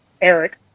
Eric